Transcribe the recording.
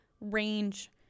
range